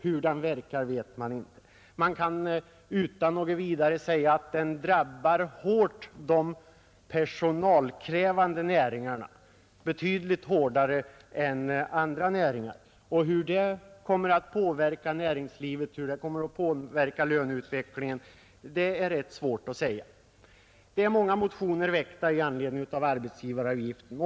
Hur den verkar vet man inte, men den drabbar hårt de personalkrävande näringarna betydligt hårdare än andra näringar. Och hur den kommer att påverka näringslivet, hur den kommer att påverka löneutvecklingen är rätt svårt att uttala sig om. Det är många motioner — åtta stycken — väckta beträffande arbetsgivaravgiften.